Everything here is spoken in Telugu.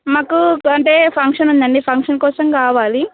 మాకు అంటే ఫంక్షన్ ఉందండి ఫంక్షన్ కోసం కావాలి